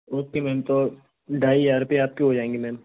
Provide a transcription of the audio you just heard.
okay ma'am तो ढाई हज़ार रुपए आपके हो जाएँगे मैम